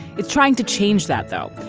it's trying to change that, though.